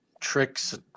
tricks